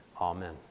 Amen